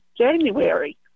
January